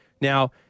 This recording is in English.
Now